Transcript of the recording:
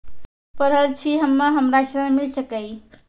पढल छी हम्मे हमरा ऋण मिल सकई?